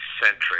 centric